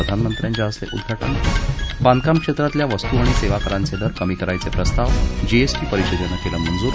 प्रधानमंत्र्यांच्या हस्ते उद्घाटन बांधकाम क्षेत्रातल्या वस्तू आणि सेवा करांचे दर कमी करायचे प्रस्ताव जीएसटी परिषदेनं केले मंजूर